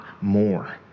more